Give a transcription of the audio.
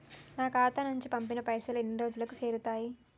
నా ఖాతా నుంచి పంపిన పైసలు ఎన్ని రోజులకు చేరుతయ్?